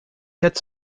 quatre